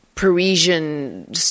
Parisian